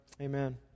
Amen